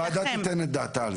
טוב, הוועדה תיתן את דעתה על זה.